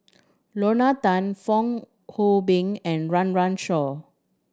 Lorna Tan Fong Hoe Beng and Run Run Shaw